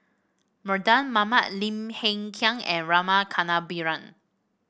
Mardan Mamat Lim Hng Kiang and Rama Kannabiran